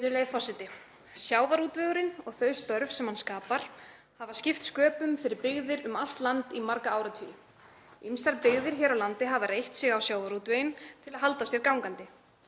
Virðulegi forseti. Sjávarútvegurinn og þau störf sem hann skapar hafa skipt sköpum fyrir byggðir um allt land í marga áratugi. Ýmsar byggðir hér á landi hafa reitt sig á sjávarútveginn til að halda sér gangandi.